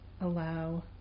allow